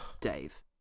Dave